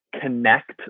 connect